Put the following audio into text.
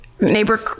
Neighbor